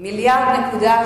1.8 מיליארד.